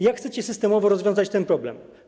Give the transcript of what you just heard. Jak chcecie systemowo rozwiązać ten problem?